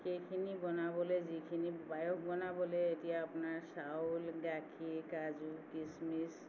সেইখিনি বনাবলৈ যিখিনি পায়স বনাবলৈ এতিয়া আপোনাৰ চাউল গাখীৰ কাজু কিচমিচ